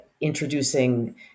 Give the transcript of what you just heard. introducing